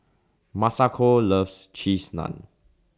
Masako loves Cheese Naan